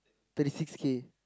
thirty six K